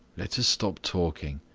let us stop talking,